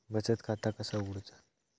बचत खाता कसा उघडूचा?